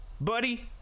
buddy